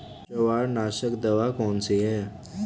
जवार नाशक दवा कौन सी है?